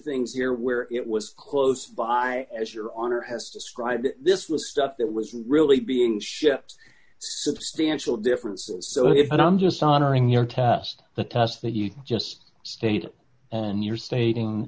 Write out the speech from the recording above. things here where it was close by as your honor has described this was stuff that was really being shipped substantial differences so if i'm just soldering your test the test that you just state and you're stating